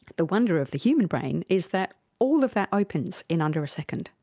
the wonder of the human brain is that all of that opens in under a second,